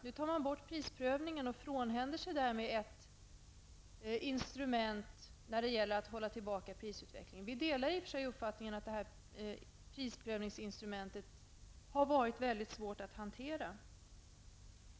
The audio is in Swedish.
Nu tar man bort prisprövningen och frånhänder sig därmed ett instrument för att hålla tillbaka prisutvecklingen. Vi delar i och för sig uppfattningen att prisprövningsinstrumentet har varit svårt att hantera.